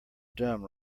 dumb